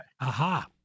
Aha